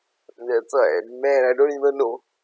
it's like man I don't even know